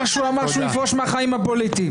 שהוא אמר שהוא יפרוש מהחיים הפוליטיים.